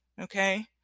Okay